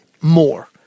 more